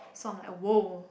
so I'm like my world